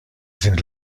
sind